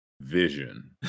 vision